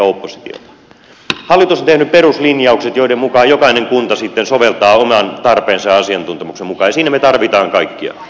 hallitus on tehnyt peruslinjaukset joiden mukaan jokainen kunta sitten soveltaa oman tarpeensa ja asiantuntemuksensa mukaan ja siinä me tarvitsemme kaikkia